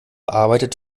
arbeitet